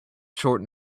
short